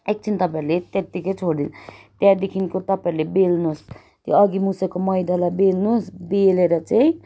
एकछिन तपाईँहरूले त्यत्तिकै छोड्दिनु त्यहाँदेखिको तपाईँहरूले बेल्नुहोस् त्यो अघि मुछेको मैदालाई बेल्नुहोस् बेलेर चाहिँ